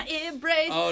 embrace